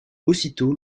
aussitôt